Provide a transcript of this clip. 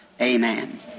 amen